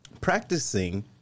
Practicing